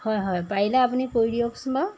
হয় হয় পাৰিলে আপুনি কৰি দিয়কচোন বাৰু